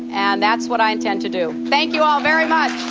and that's what i intend to do. thank you all very much.